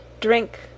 drink